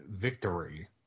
victory